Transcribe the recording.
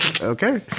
Okay